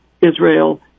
Israel